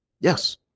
yes